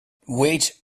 wait